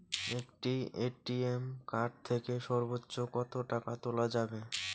একটি ATM card থেকে সর্বোচ্চ কত টাকা তোলা যাবে?